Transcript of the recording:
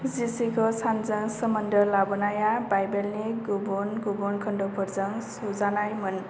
जिसिखौ सानजों सोमोनदो लाबोनाया बाइबेलनि गुबुन गुबुन खोन्दोफोरजों सुंजानायमोन